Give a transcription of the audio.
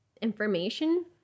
information